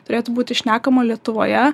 turėtų būti šnekama lietuvoje